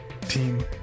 Team